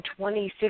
2016